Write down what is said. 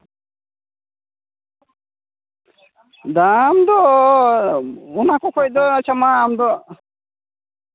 ᱫᱟᱢ ᱫᱚ ᱚᱱᱟ ᱠᱚ ᱠᱷᱚᱡ ᱫᱚ ᱟᱪᱪᱷᱟ ᱢᱟ ᱟᱢ ᱫᱚ